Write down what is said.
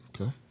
Okay